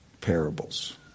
parables